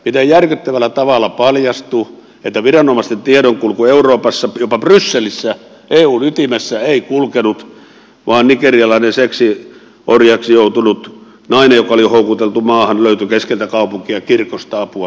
järkyttävällä tavalla paljastui että viranomaisten tiedonkulku euroopassa jopa brysselissä eun ytimessä ei toiminut vaan nigerialainen seksiorjaksi joutunut nainen joka oli houkuteltu maahan löytyi keskeltä kaupunkia kirkosta apua pyytämässä